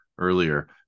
earlier